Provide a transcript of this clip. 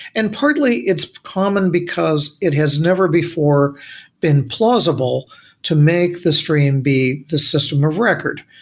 and partly, it's common because it has never before been plausible to make the stream be the system of record.